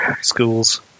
schools